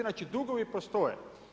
Znači, dugovi postoje.